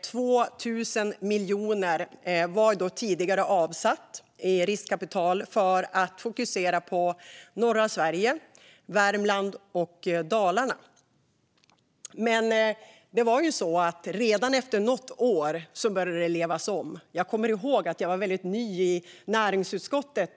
2 000 miljoner var tidigare avsatta i riskkapital för norra Sverige, Värmland och Dalarna. Men redan efter något år började det levas om. Jag kommer ihåg att jag då var väldigt ny i näringsutskottet.